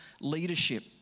leadership